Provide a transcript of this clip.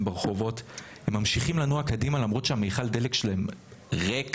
ברחובות וממשיכים לנוע קדימה למרות שמכל הדלק שלהם ריק,